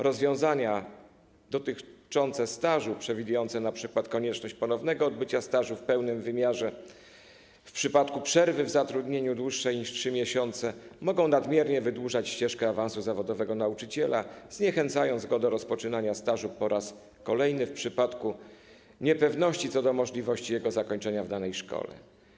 Rozwiązania dotyczące stażu, które przewidują np. konieczność ponownego odbycia stażu w pełnym wymiarze w przypadku przerwy w zatrudnieniu dłuższej niż 3 miesiące, również mogą nadmiernie wydłużać ścieżkę awansu zawodowego nauczyciela, zniechęcając go do rozpoczynania stażu po raz kolejny w przypadku niepewności co do możliwości jego zakończenia w danej szkole.